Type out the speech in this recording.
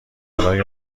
برای